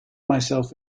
myself